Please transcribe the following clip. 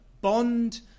bond